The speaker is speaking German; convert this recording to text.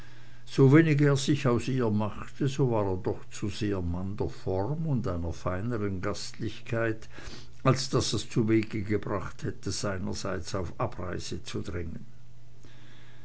mußte sowenig er sich aus ihr machte so war er doch zu sehr mann der form und einer feineren gastlichkeit als daß er's zuwege gebracht hätte seinerseits auf abreise zu dringen